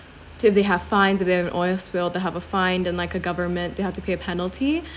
so they have fines to be in an oil spill they have a fine then like a government they have to pay a penalty